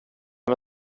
men